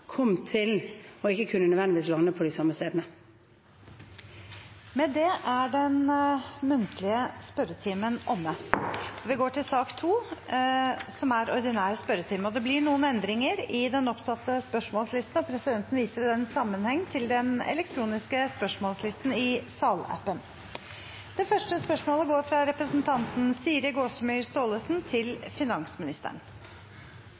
kom til å kunne lande på de samme stedene. Med det er den muntlige spørretimen omme. Det blir noen endringer i den oppsatte spørsmålslisten, og presidenten viser i den sammenheng til den elektroniske spørsmålslisten i salappen. Endringene var som følger: Spørsmål 3, fra representanten